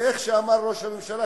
איך אמר ראש הממשלה?